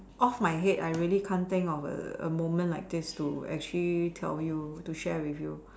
off my head I really can't think of a A moment like this to tell you to share with you